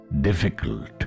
difficult